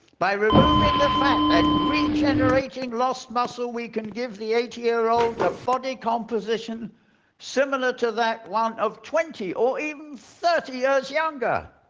by removing the fat and regenerating lost muscle, we can give the eighty year old a body composition similar to that one of twenty or even thirty years younger.